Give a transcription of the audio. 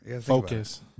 Focus